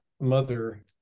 mother